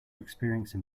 experiencing